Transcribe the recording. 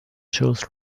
shows